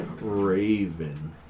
raven